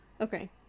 Okay